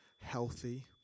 healthy